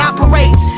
Operates